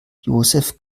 josef